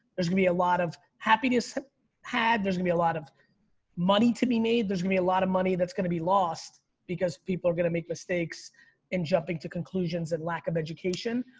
there's gonna be a lot of happiness had there's gonna be a lot of money to be made. there's gonna be a lot of money that's gonna be lost because people are gonna make mistakes and jumping to conclusions and lack of education.